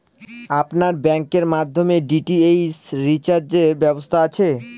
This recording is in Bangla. আপনার ব্যাংকের মাধ্যমে ডি.টি.এইচ রিচার্জের ব্যবস্থা আছে?